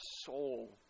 soul